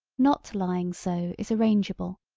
not lying so is arrangeable.